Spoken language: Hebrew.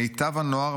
מיטב הנוער,